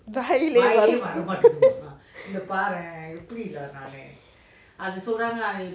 வாயிலே வரல:vaayile varala